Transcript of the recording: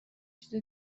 چیز